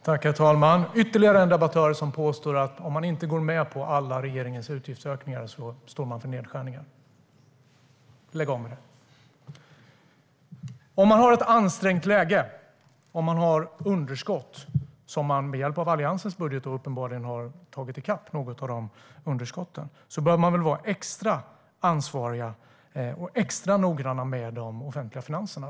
Herr talman! Här har vi ytterligare en debattör som påstår att man står för nedskärningar om man inte går med på alla regeringens utgiftsökningar. Lägg av med det, Fredrik Olovsson! Om man har ett ansträngt läge med underskott, som man visserligen med hjälp av Alliansens budget uppenbarligen minskat, bör man väl vara extra ansvarig och extra noggrann med de offentliga finanserna.